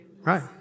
Right